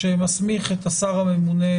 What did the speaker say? שמסמיך את השר הממונה,